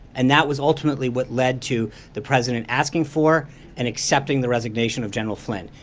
and that was ultimately what led to the president asking for and accepting the resignation of general flynn.